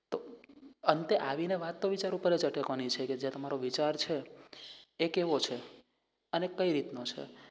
તો અંતે આવીને વાત તો વિચાર ઉપર જ અટકવાની છે કે જે તમારો વિચાર છે એ કેવો છે અને કઈ રીતનો છે